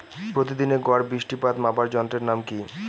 প্রতিদিনের গড় বৃষ্টিপাত মাপার যন্ত্রের নাম কি?